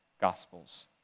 Gospels